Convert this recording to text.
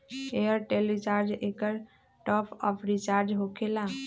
Airtel recharge एकर top off recharge होकेला?